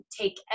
take